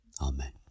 Amen